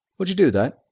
would you do that?